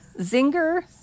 Zinger